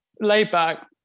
laid-back